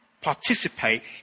participate